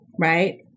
right